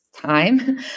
time